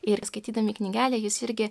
ir skaitydami knygelę jis irgi